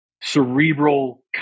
cerebral